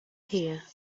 here